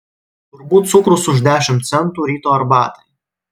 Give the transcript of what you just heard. turbūt cukrus už dešimt centų ryto arbatai